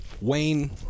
Wayne